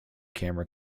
camera